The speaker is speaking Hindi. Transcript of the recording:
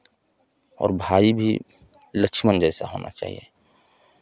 और भाई भी लक्ष्मण जैसा होना चाहिए